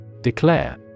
Declare